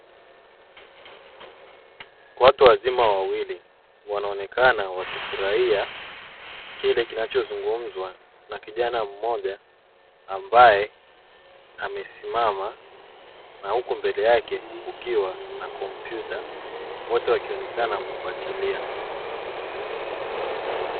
Watu wazima wawili wanaonekana wakifurahia kile kinachozungumzwa na kijana mmoja ambae amesimama, na huku mbele yake kukiwa na kompyuta, wote wakionekana kufuatilia.